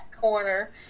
corner